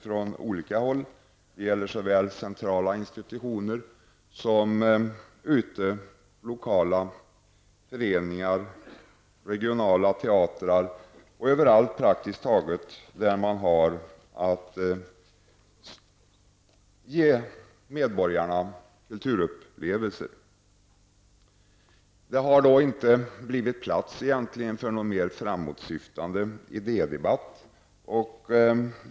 Det gäller centrala institutioner, lokala föreningar, regionala teatrar och praktiskt taget överallt där man ger medborgarna kulturupplevelser. Det har inte blivit plats för någon mer framåtsyftande idédebatt.